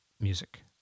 music